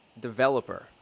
developer